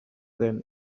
when